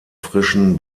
frischen